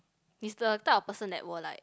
he's the type of person that will like